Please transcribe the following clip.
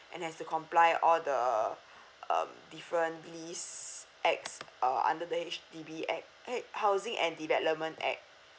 and has to comply all the um different these acts uh under the H_D_B act eh housing and development act